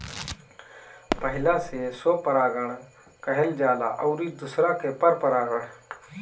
पहिला से स्वपरागण कहल जाला अउरी दुसरका के परपरागण